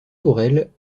tourelles